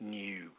new